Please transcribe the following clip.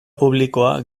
publikoa